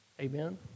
Amen